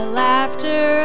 laughter